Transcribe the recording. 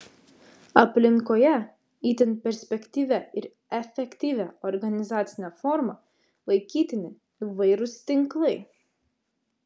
aplinkoje itin perspektyvia ir efektyvia organizacine forma laikytini įvairūs tinklai